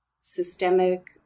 systemic